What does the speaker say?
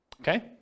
Okay